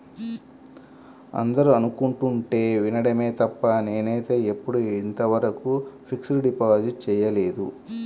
అందరూ అనుకుంటుంటే వినడమే తప్ప నేనైతే ఎప్పుడూ ఇంతవరకు ఫిక్స్డ్ డిపాజిట్ చేయలేదు